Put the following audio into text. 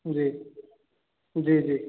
जी जी जी